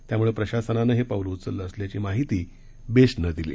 त्यामुळे प्रशासनानं हे पाऊल उचललं असल्याची माहिती बेस्टनं दिली